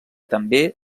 també